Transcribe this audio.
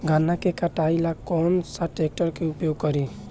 गन्ना के कटाई ला कौन सा ट्रैकटर के उपयोग करी?